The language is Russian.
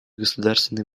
государственной